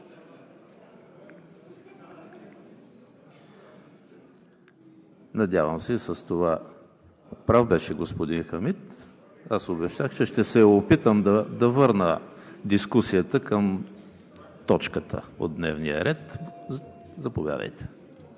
Надявам се с това – прав беше господин Хамид, аз ще се опитам да върна дискусията към точката от дневния ред. Господин